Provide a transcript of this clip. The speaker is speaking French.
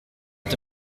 est